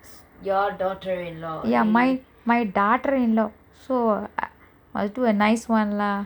ya my daughter in law so must a nice [one] lah